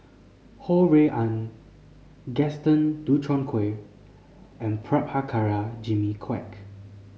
Ho Rui An Gaston Dutronquoy and Prabhakara Jimmy Quek